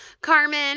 Carmen